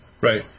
Right